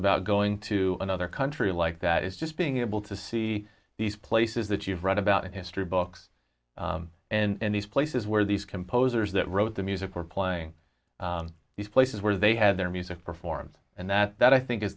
about going to another country like that is just being able to see these places that you've read about in history books and these places where these composers that wrote the music were playing these places where they had their music performed and that i think is